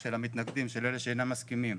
של המתנגדים, של אלה שאינם מסכימים.